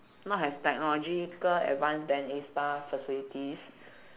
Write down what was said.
not as technological advance then A-star facilities